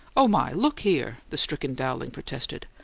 oh, my! look here! the stricken dowling protested.